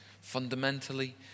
Fundamentally